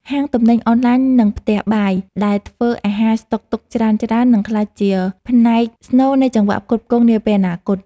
ហាងទំនិញអនឡាញ និងផ្ទះបាយដែលធ្វើអាហារស្តុកទុកច្រើនៗ នឹងក្លាយជាផ្នែកស្នូលនៃចង្វាក់ផ្គត់ផ្គង់នាពេលអនាគត។